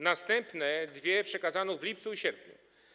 Następne dwie przekazano w lipcu i sierpniu.